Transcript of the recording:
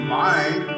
mind